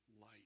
light